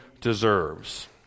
deserves